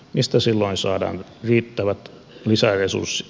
mistä silloin saadaan riittävät lisäresurssit